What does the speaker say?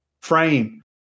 frame